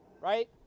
right